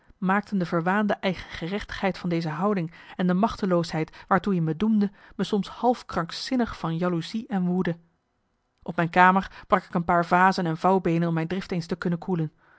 maakten de verwaande eigengerechtigheid van deze houding en de machteloosheid waartoe i me doemde me soms half krankzinnig van jaloezie en woede op mijn kamer brak ik een paar vazen en vouwbeenen om mijn drift eens te kunnen koelen